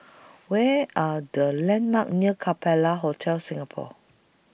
Where Are The landmarks near Capella Hotel Singapore